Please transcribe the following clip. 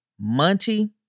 Monty